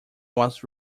was